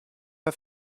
pas